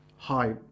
hi